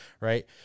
right